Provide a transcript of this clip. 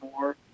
more